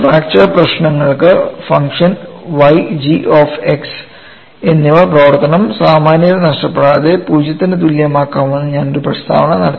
fracture പ്രശ്നങ്ങൾക്ക് function y g of x എന്നിവ പ്രവർത്തനം സാമാന്യത നഷ്ടപ്പെടാതെ 0 ന് തുല്യമാക്കാമെന്ന് ഞാൻ ഒരു പ്രസ്താവന നടത്തി